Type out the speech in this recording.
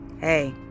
Hey